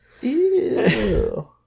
Ew